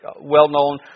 well-known